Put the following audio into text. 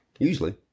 usually